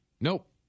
Nope